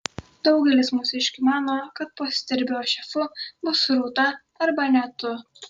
daugelis mūsiškių mano kad po stirbio šefu bus rūta arba net tu